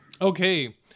Okay